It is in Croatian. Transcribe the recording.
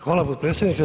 Hvala potpredsjedniče.